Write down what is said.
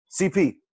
CP